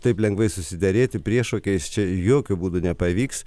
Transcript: taip lengvai susiderėti priešokiais čia jokiu būdu nepavyks